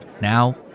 now